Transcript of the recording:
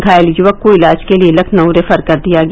घायल युवक को इलाज के लिये लखनऊ रेफर कर दिया गया